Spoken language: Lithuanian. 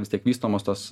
vis tiek vystomos tos